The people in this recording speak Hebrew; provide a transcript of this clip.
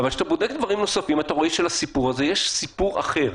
כשבודקים דברים נוספים רואים שיש מול הסיפור הזה סיפור אחר.